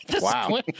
Wow